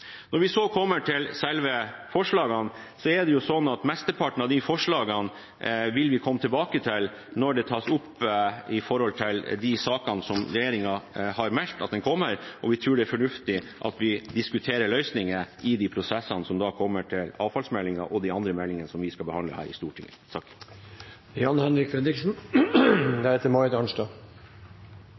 til gode prosesser rundt det. Mesteparten av forslagene vil vi komme tilbake til når de tas opp i forbindelse med de sakene som regjeringen har meldt at kommer. Vi tror det er fornuftig at vi diskuterer løsninger i de prosessene som kommer rundt avfallsmeldingen og de andre meldingene vi skal behandle her i Stortinget.